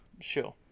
sure